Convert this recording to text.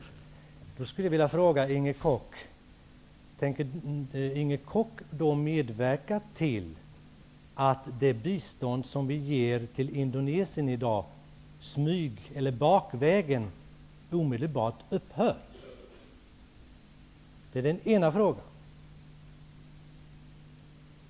Då skulle jag vilja fråga Inger Koch: Tänker Inger Koch medverka till att det bistånd som vi i dag ger till Indonesien så att säga bakvägen omedelbart upphör? Det är den ena frågan.